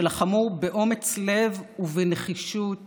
שלחמו באומץ לב ובנחישות